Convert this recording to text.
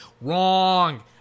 Wrong